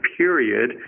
period